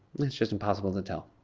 it's just impossible to tell.